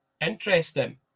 Interesting